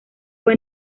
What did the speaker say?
fue